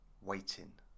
waiting